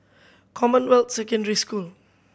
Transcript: Commonwealth Secondary School